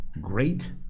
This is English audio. great